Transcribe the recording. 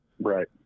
Right